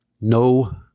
No